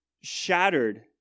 shattered